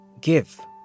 Give